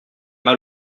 mal